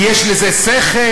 כי יש בזה היגיון?